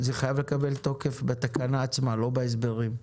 זה חייב לקבל תוקף בתקנה עצמה, לא בהסברים.